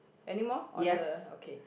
any more on the okay